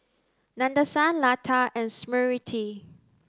Nadesan Lata and Smriti